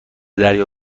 دریا